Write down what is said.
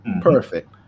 Perfect